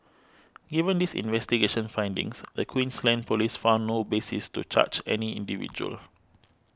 given these investigation findings the Queensland Police found no basis to charge any individual